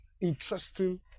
interesting